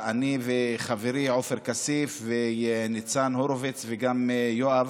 וחברי עופר כסיף וניצן הורוביץ וגם יואב,